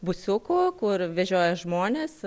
busiuku kur vežioja žmones